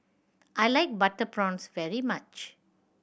I like butter prawns very much